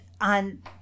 on